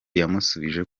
yamusubije